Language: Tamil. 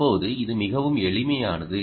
இப்போது இது மிகவும் எளிமையானது